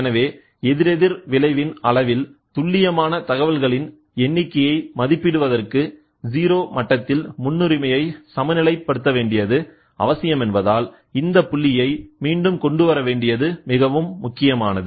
எனவே எதிரெதிர் விளைவின் அளவில் துல்லியமான தகவல்களின் எண்ணிக்கையை மதிப்பிடுவதற்கு ஜீரோ மட்டத்தில் முன்னுரிமையை சமநிலைப் படுத்தவேண்டியது அவசியம் என்பதால் இந்தப் புள்ளியை மீண்டும் கொண்டுவர வேண்டியது மிகவும் முக்கியமானது